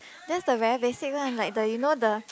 that's the very basic one like the you know the